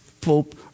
Pope